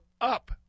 up